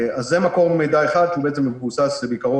אז זה מקור מידע אחד שהוא מבוסס בעיקרו